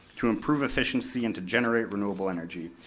to improve efficiency, and to generate renewable energy,